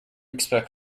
expect